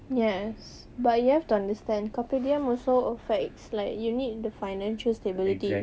yes but you have to understand carpe diem also affects like you need financial stability